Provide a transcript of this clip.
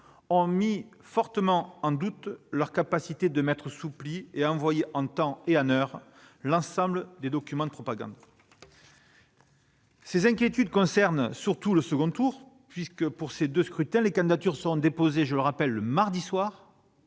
doutent fortement de leur capacité à mettre sous pli et envoyer en temps et en heure l'ensemble des documents de propagande. Leurs inquiétudes concernent surtout le second tour : pour ces deux scrutins, les candidatures seront déposées le mardi soir,